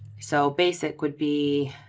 so basic would be.